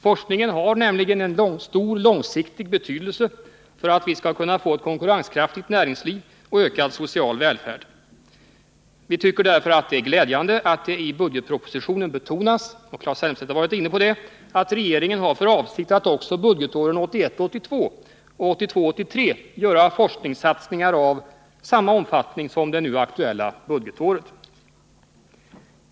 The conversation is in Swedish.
Forskningen har nämligen en stor långsiktig betydelse för att vi skall kunna få ett konkurrenskraftigt näringsliv och ökad social välfärd. Vi tycker därför att det är glädjande att det, vilket Claes Elmstedt var inne på, i budgetpropositionen betonas att regeringen har för avsikt att också budgetåren 1981 83 göra forskningssatsningar av samma omfattning som under det nu aktuella budgetåret.